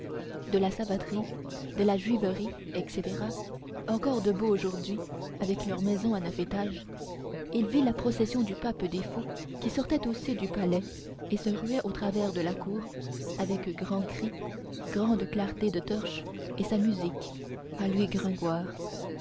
de la savaterie de la juiverie etc encore debout aujourd'hui avec leurs maisons à neuf étages il vit la procession du pape des fous qui sortait aussi du palais et se ruait au travers de la cour avec grands cris grande clarté de torches et sa musique à lui gringoire